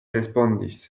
respondis